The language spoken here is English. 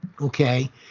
okay